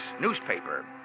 newspaper